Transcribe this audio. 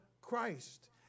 Christ